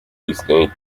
disney